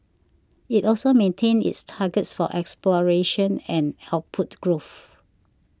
it also maintained its targets for exploration and output growth